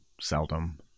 seldom